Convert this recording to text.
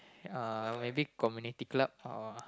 uh maybe community club or